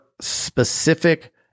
specific